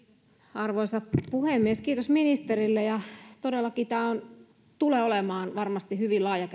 arvoisa puhemies kiitos ministerille käsittely tulee todellakin olemaan varmasti hyvin laaja